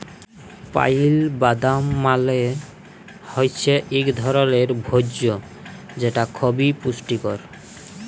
pile বাদাম মালে হৈচ্যে ইকট ধরলের ভোজ্য যেটা খবি পুষ্টিকর